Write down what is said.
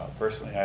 personally, yeah